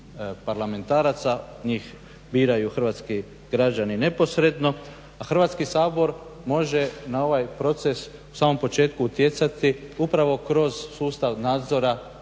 parlamentaraca njih biraju hrvatski građani neposredno, a Hrvatski sabor može na ovaj proces u samom početku utjecati upravo kroz sustav nadzora